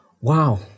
Wow